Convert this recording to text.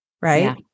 right